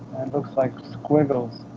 looks like squiggles,